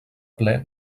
ple